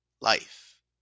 life